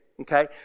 okay